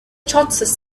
shots